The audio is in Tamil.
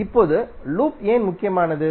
இப்போது லூப் ஏன் முக்கியமானது